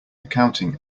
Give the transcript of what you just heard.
accounting